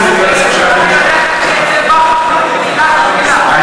להיכנס עכשיו לפוליטיקה,